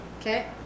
Okay